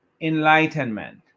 enlightenment